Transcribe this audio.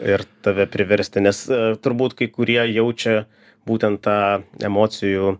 ir tave priversti nes turbūt kai kurie jaučia būtent tą emocijų